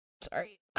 Sorry